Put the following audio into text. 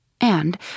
and